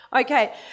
Okay